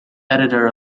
editor